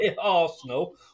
Arsenal